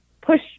push